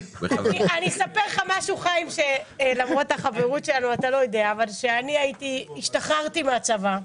אספר לך משהו שאתה לא יודע: כשהשתחררתי מהצבא,